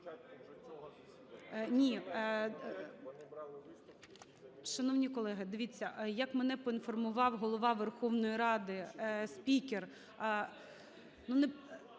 Ні. Шановні колеги, дивіться, як мене поінформував Голова Верховної Ради, спікер… Шановні